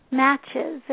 matches